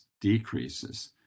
decreases